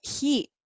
heat